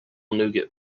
nougat